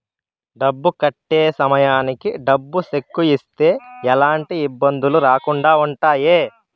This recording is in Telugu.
డబ్బు కట్టే సమయానికి డబ్బు సెక్కు ఇస్తే ఎలాంటి ఇబ్బందులు రాకుండా ఉంటాయి